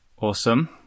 awesome